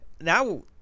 now